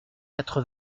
quatre